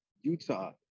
utah